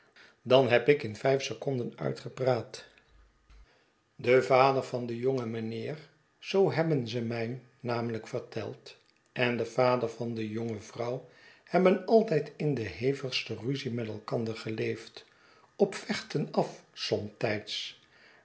dan heb ik in vijf seconden uitgepraat de schetsen van boz vader van den jongen meneer zoo hebben ze my namelijk verteld en de vader van de jonge vrouw hebben alt ij d in de hevigste ruzie met elkander geleefd op vechten af